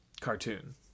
cartoon